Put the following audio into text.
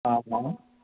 હા હા